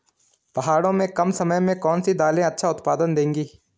पहाड़ों में कम समय में कौन सी दालें अच्छा उत्पादन देंगी?